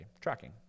tracking